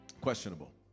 questionable